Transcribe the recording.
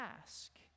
ask